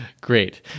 great